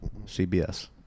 CBS